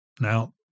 Now